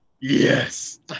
Yes